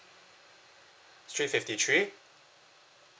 street fifty three